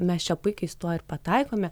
mes čia puikiai su tuo ir pataikome